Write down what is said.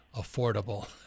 Affordable